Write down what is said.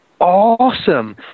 awesome